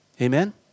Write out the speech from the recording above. Amen